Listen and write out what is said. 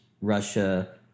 Russia